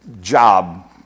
job